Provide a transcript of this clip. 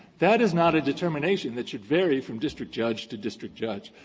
that is not a determination that should vary from district judge to district judge.